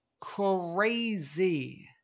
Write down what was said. crazy